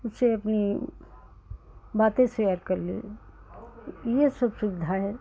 उससे अपनी बातें शेयर कर लीं यह सब सुविधाऍं